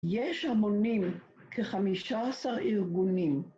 יש המונים כ-15 ארגונים.